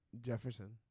Jefferson